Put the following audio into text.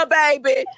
baby